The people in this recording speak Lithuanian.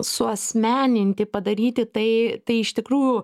suasmeninti padaryti tai tai iš tikrųjų